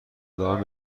ادامه